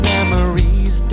Memories